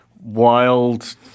wild